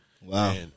Wow